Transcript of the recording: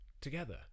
together